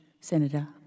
Senator